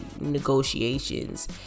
negotiations